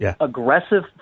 aggressive